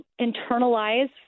internalize